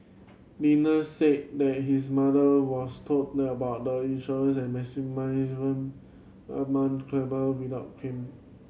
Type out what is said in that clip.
said that his mother was told about the insurance and amount claimable without him